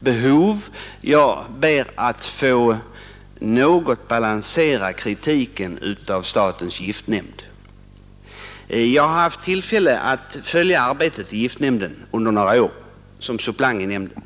behov hos mig att försöka balansera kritiken mot statens giftnämnd. Jag har under några år haft tillfälle att såsom suppleant i giftnämnden följa dess arbete.